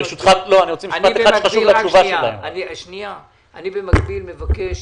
במקביל, אני מבקש,